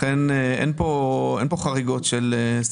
לכן אין כאן חריגות של שכר.